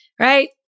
Right